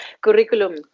Curriculum